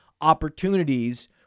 opportunities